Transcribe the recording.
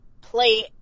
play